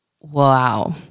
wow